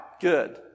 Good